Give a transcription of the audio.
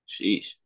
Jeez